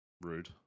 Rude